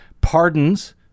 pardons